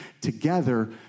together